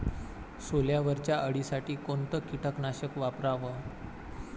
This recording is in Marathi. सोल्यावरच्या अळीसाठी कोनतं कीटकनाशक वापराव?